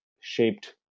shaped